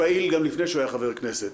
פעיל גם לפני שהוא היה חבר כנסת.